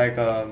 like um